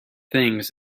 things